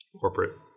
corporate